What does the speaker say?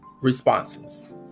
responses